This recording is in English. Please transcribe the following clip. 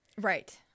Right